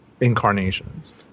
incarnations